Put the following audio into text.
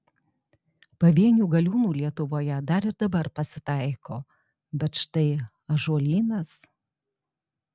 pavienių galiūnų lietuvoje dar ir dabar pasitaiko bet štai ąžuolynas